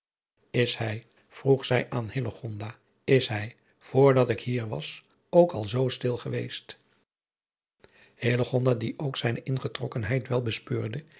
is hij vroeg zij aan hillegonda is hij voor dat ik hier was ook al zoo stil geweest hillegonda die ook zijne ingetrokkenheid wel bespeurde